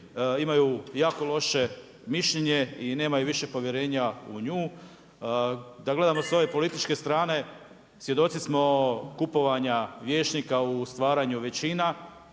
imaju jako loše mišljenje i nemaju više povjerenja u nju, da gledamo s ove političke strane, svjedoci smo kupovanja vijećnika u stvaranju većina,